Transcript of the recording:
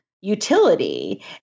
utility